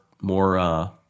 more